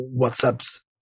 WhatsApp's